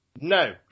No